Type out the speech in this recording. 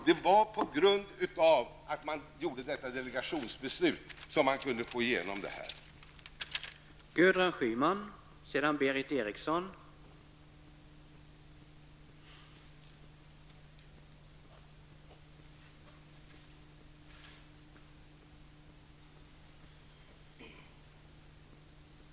Det var på grund av delegationsbeslutet som man kunde få igenom att militära åtgärder skulle tillgripas.